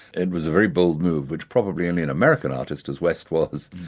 and was a very bold move which probably only an american artist, as west was,